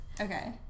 Okay